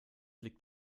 liegt